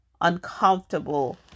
uncomfortable